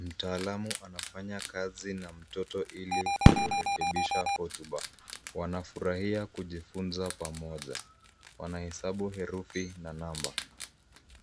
Mtaalamu anafanya kazi na mtoto ili kurekebisha hotuba. Wanafurahia kujifunza pamoja .Wanahesabu herufi na namba .